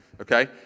Okay